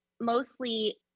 mostly